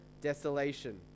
desolation